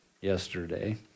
yesterday